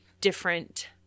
different